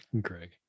Greg